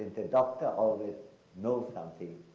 the doctor always know something?